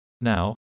Now